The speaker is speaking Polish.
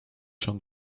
się